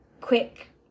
quick